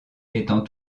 étant